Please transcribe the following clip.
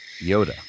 Yoda